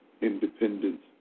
independence